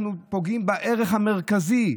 אנחנו פוגעים בערך המרכזי,